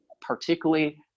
particularly